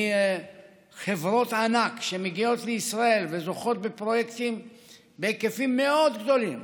וחברות ענק שמגיעות לישראל וזוכות בפרויקטים בהיקפים מאוד גדולים